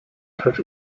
rzecz